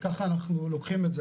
וכך אנחנו לוקחים את זה,